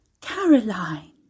Caroline